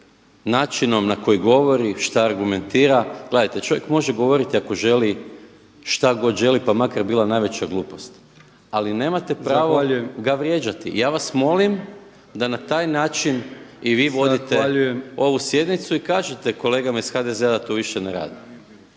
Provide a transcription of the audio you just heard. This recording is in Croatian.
načinom na koji govori, što argumentira. Gledajte, čovjek može govoriti ako želi što god želi pa makar bila najveća glupost. Ali nemate pravo ga vrijeđati. /Upadica Brkić: Zahvaljujem./ Ja vas molim da na taj način i vi vodite ovu sjednicu. /Upadica Brkić: Zahvaljujem./ I kažete kolegama iz HDZ-a da to više ne rade.